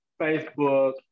Facebook